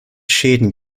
schäden